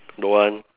don't want